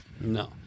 No